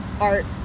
art